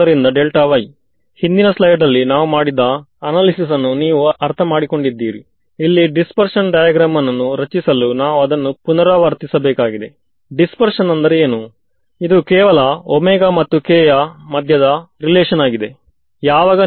ವಿದ್ಯಾರ್ಥಿಎಲ್ಲವನ್ನೂ ಅದೇ ತರಹ ಮಾಡಬೇಕು ಆದ್ದರಿಂದ ನೀವು ಹೇಳಿದ ಹಾಗೆ ಒಂದು ವಿಷಯ ನಿಮಗೆ ಸೂಚಿಸುವುದು ಏನೆಂದರೆ ನಿಮಗೆ ಬೇಕಾದ ಫೀಲ್ಡ್ ಒಂದು ಕಡೆ ದೂರದಲ್ಲಿ ಇರುವುದಾದರೆ ನನಗೆ ಇದನ್ನು ಸೇರಿಸಲು ಈ ಡೊಮೇನನ್ನು ಎಕ್ಸ್ ಪಾಂಡ್ ಮಾಡಬೇಕಾಗುತ್ತದೆ